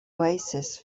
oasis